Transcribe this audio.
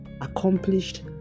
accomplished